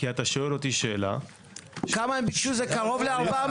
הם ביקשו קרוב ל-400?